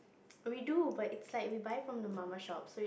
we do but is like we buy from the mama shops